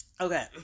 Okay